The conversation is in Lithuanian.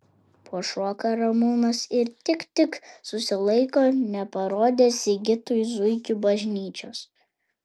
pašoka ramūnas ir tik tik susilaiko neparodęs sigitui zuikių bažnyčios